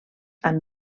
amb